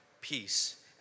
peace